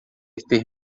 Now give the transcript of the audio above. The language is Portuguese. ter